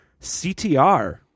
CTR